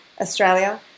Australia